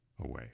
away